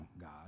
God